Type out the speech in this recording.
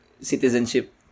citizenship